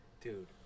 Dude